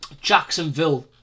Jacksonville